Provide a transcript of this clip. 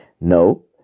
No